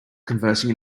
conversing